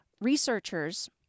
researchers